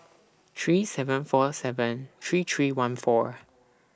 three seven four seven three three one four